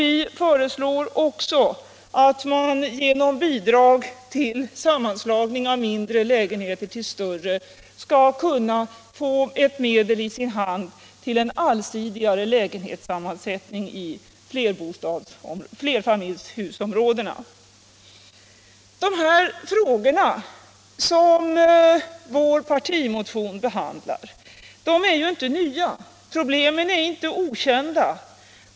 Vi föreslår också att man genom bidrag till sammanslagning av mindre lägenheter till större skall kunna få ett medel i sin hand för att åstadkomma en allsidigare lägenhetssammansättning i flerfamiljshusområdena. De frågor som vår partimotion behandlar är inte nya, och problemen är inte okända.